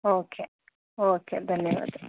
okay okay ಧನ್ಯವಾದ